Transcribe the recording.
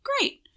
great